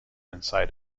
inside